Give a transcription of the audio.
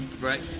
Right